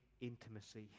intimacy